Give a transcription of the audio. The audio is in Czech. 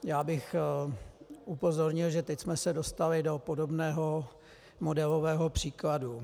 Já bych upozornil, že teď jsme se dostali do podobného modelového příkladu.